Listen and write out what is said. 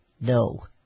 No